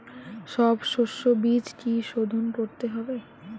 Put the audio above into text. সব শষ্যবীজ কি সোধন করতে হবে?